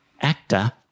actor